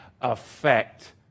affect